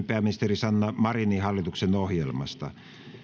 pääministeri sanna marinin hallituksen ohjelmasta